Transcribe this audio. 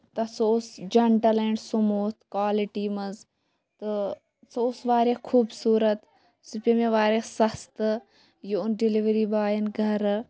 تَتھ سُہ اوس جینٹٔل اینڈ سموٗتھ کولٹی منٛز تہٕ سُہ اوس واریاہ خوٗبصوٗرت سُہ پیوٚو مےٚ واریاہ سَستہٕ یہِ اوٚن ڈلِؤری بویَن گرٕ